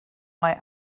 why